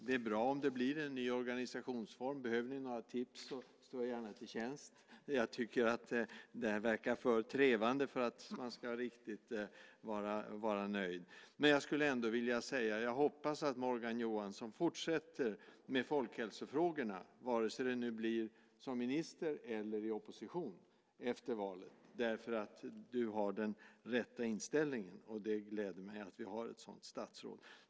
Det är bra om det blir en ny organisationsform. Behöver ni några tips står jag gärna till tjänst. Jag tycker att det här verkar för trevande för att man ska vara riktigt nöjd. Jag hoppas att Morgan Johansson fortsätter med folkhälsofrågorna efter valet, vare sig det nu blir som minister eller i opposition. Du har den rätta inställningen. Det gläder mig att vi har ett sådant statsråd.